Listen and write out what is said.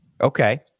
Okay